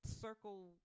circle